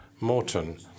Morton